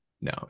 No